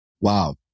Wow